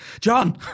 John